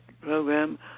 program